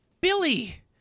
Billy